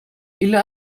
إلا